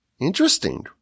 Interesting